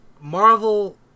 Marvel